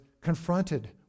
confronted